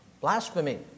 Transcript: blasphemy